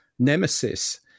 nemesis